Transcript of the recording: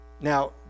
Now